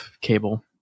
cable